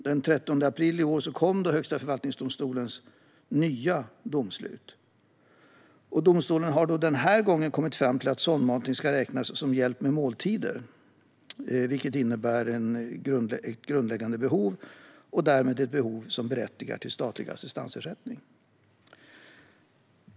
Den 13 april i år kom Högsta förvaltningsdomstolens nya domslut. Domstolen har denna gång kommit fram till att sondmatning ska räknas som hjälp med måltider, vilket innebär ett grundläggande behov och därmed ett behov som berättigar till statlig assistansersättning.